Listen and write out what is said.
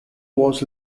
was